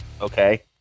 Okay